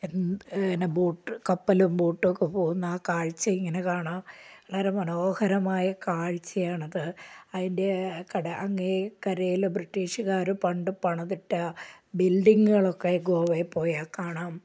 പിന്നെ കപ്പലും ബോട്ടും ഒക്കെ പോകുന്ന ആ കാഴ്ച ഇങ്ങനെ കാണാം വളരെ മനോഹരമായ കാഴ്ചയാണത് അതിൻ്റെ കട അങ്ങേ കരയിൽ ബ്രിട്ടീഷുകാർ പണ്ട് പണിതിട്ട ബിൽഡിങ്ങുകളൊക്കെ ഗോവയിൽ പോയാൽ കാണാം